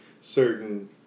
certain